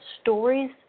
stories